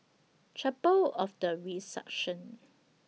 Chapel of The Resurrection